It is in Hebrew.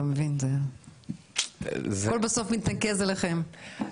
הכל מתנקז אליכם.